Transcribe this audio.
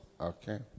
Okay